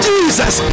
Jesus